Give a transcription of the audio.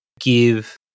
give